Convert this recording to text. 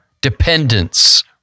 dependence